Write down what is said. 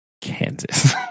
Kansas